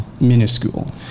minuscule